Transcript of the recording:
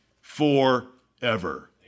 forever